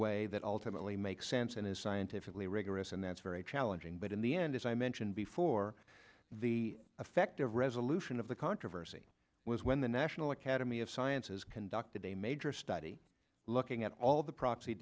way that ultimately makes sense and is scientifically rigorous and that's very challenging but in the end as i mentioned before the effective resolution of the controversy was when the national academy of sciences conducted a major study looking at all the proxy